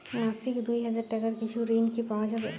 মাসিক দুই হাজার টাকার কিছু ঋণ কি পাওয়া যাবে?